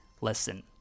lesson